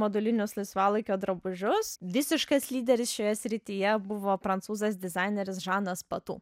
modulinius laisvalaikio drabužius visiškas lyderis šioje srityje buvo prancūzas dizaineris žanas patu